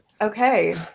Okay